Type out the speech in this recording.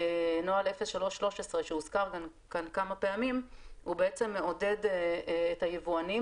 נוהל 03-13 שהוזכר כאן כמה פעמים בעצם מעודד את היבואנים